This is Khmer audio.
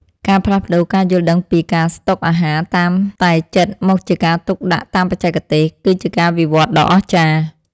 ការផ្លាស់ប្តូរការយល់ដឹងពីការស្តុកអាហារតាមតែចិត្តមកជាការទុកដាក់តាមបច្ចេកទេស គឺជាការវិវត្តដ៏អស្ចារ្យ។